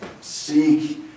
seek